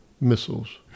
missiles